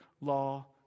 law